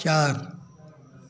चार